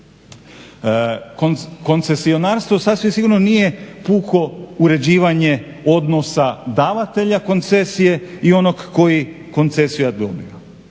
Koncesionarstvo sasvim sigurno nije puko uređivanje odnosa davatelja koncesije i onog koji koncesijar dobija.